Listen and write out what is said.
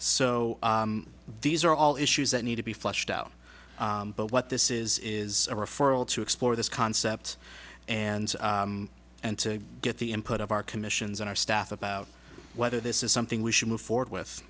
so these are all issues that need to be fleshed out but what this is is a referral to explore this concept and and to get the input of our commissions and our staff about whether this is something we should move forward with